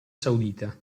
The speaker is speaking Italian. saudita